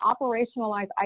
operationalize